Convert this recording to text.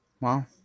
Wow